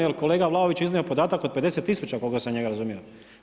Jer kolega Vlaović je iznio podatak od 50000 koliko sam ja njega razumio.